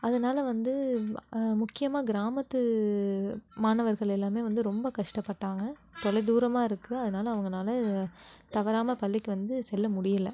அதனால் வந்து முக்கியமாக கிராமத்து மாணவர்கள் எல்லோருமே வந்து ரொம்ப கஷ்டப்பட்டாங்க தொலை தூரமாக இருக்குது அதனால அவங்கனால் தவறாமல் பள்ளிக்கு வந்து செல்ல முடியலை